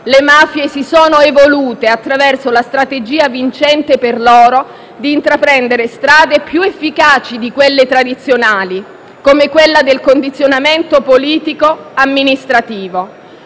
Le mafie si sono evolute attraverso la strategia vincente per loro di intraprendere strade più efficaci di quelle tradizionali, come quella del condizionamento politico-amministrativo.